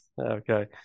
Okay